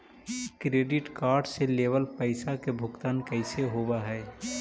Credit card से लेवल पैसा के भुगतान कैसे होव हइ?